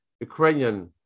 Ukrainian